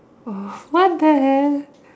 oh what the hell